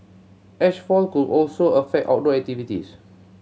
ash fall could also affect outdoor activities